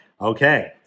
Okay